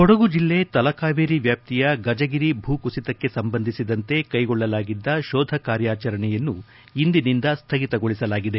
ಕೊಡಗು ಜಿಲ್ಲೆ ತಲಕಾವೇರಿ ವ್ಯಾಪ್ತಿಯ ಗಜಗಿರಿ ಭೂಕುಸಿತಕ್ಕೆ ಸಂಬಂಧಿಸಿದಂತೆ ಕೈಗೊಳ್ಳಲಾಗಿದ್ದ ಶೋಧ ಕಾರ್ಯಾಚರಣೆಯನ್ನು ಇಂದಿನಿಂದ ಸ್ದಗಿತಗೊಳಿಸಲಾಗಿದೆ